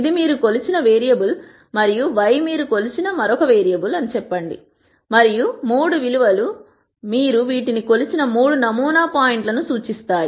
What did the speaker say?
ఇది మీరు కొలిచిన వేరియబుల్ మరియు Y మీరు కొలిచిన మరొక వేరియబుల్ అని చెప్పండి మరియు 3 విలువ లు మీరు వీటిని కొలిచిన 3 నమూనా పాయింట్ల ను సూచిస్తాయి